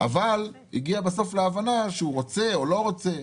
אבל הגיע בסוף להבנה שהוא רוצה או לא רוצה,